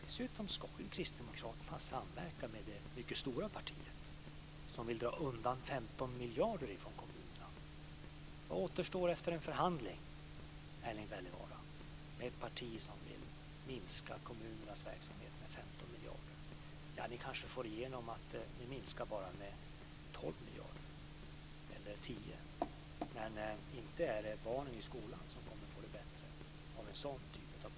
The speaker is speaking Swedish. Dessutom ska ju Kristdemokraterna samverka med det mycket stora parti som vill dra undan 15 miljarder kronor från kommunerna. Vad återstår efter en förhandling, Erling Wälivaara, med ett parti som vill minska kommunernas verksamhet med 15 miljarder kronor? Ni kanske får igenom att den minskar med bara 12 miljarder eller med 10 miljarder, men inte är det barnen i skolan som kommer att få det bättre med en sådan typ av politik.